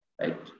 right